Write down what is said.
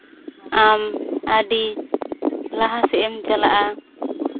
ᱟᱢ ᱟᱹᱰᱤ ᱞᱟᱦᱟ ᱥᱮᱫ ᱮᱢ ᱪᱟᱞᱟᱜᱼᱟ